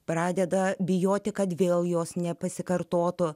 pradeda bijoti kad vėl jos nepasikartotų